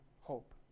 hope